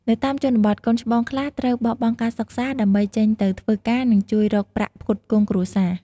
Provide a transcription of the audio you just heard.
នៅតាមជនបទ កូនច្បងខ្លះត្រូវបោះបង់ការសិក្សា ដើម្បីចេញទៅធ្វើការ និងជួយរកប្រាក់ផ្គត់ផ្គង់គ្រួសារ។